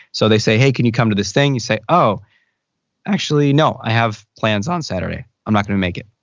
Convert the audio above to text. so they say, hey can you come to this thing? you say, oh actually no i have plans on saturday. i'm not gonna make it,